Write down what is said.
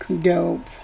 Dope